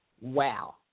Wow